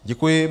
Děkuji.